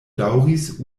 daŭris